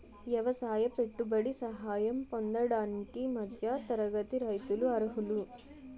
ఎవసాయ పెట్టుబడి సహాయం పొందడానికి మధ్య తరగతి రైతులు అర్హులు